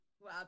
Wow